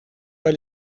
pas